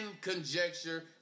conjecture